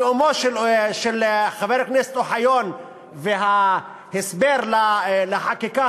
נאומו של חבר הכנסת אוחיון וההסבר לחקיקה